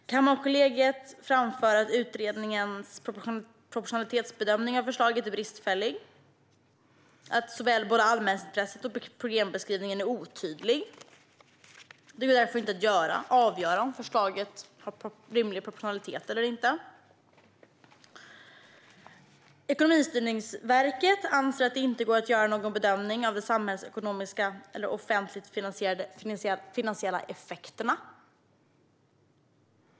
Fru talman! Kammarkollegiet framför att utredningens proportionalitetsbedömning av förslaget är bristfällig, att såväl allmänintresset som problembeskrivningen är otydliga. Det går därför inte att avgöra om förslaget har rimlig proportionalitet eller inte. Ekonomistyrningsverket anser att det inte går att göra någon bedömning av de offentligt finansierade effekterna.